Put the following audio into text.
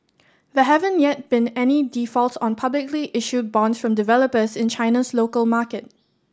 there haven't yet been any defaults on publicly issued bonds from developers in China's local market